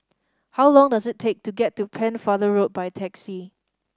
how long does it take to get to Pennefather Road by taxi